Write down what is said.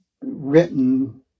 written